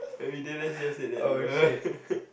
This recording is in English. you didn't just say that bruh